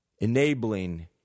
enabling